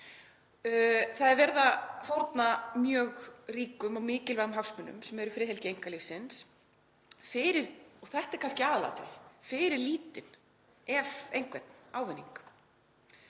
Það er verið að fórna mjög ríkum og mikilvægum hagsmunum sem eru friðhelgi einkalífsins fyrir — og þetta er kannski aðalatriðið — lítinn ef einhvern ávinning.